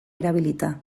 erabilita